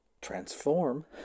transform